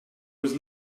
was